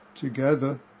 together